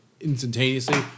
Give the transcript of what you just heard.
instantaneously